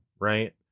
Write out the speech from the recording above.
right